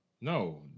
No